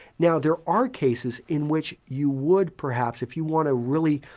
now, there are cases in which you would perhaps if you want to really